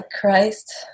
Christ